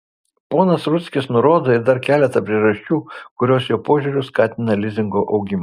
ponas rudzkis nurodo ir dar keletą priežasčių kurios jo požiūriu skatina lizingo augimą